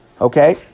Okay